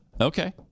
okay